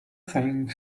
thing